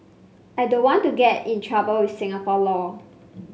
I don't want to get in trouble with Singapore law